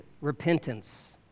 repentance